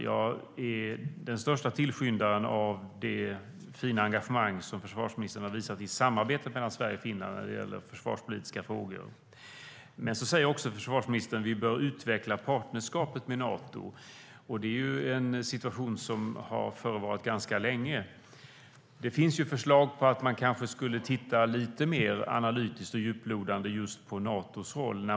Jag är den största tillskyndaren av det fina engagemang som försvarsministern har visat i samarbetet mellan Sverige och Finland i försvarspolitiska frågor. Men försvarsministern sa också att vi bör utveckla partnerskapet med Nato. Det är en situation som har förevarit ganska länge. Det finns förslag om att titta lite mer analytiskt och djuplodande på Natos roll.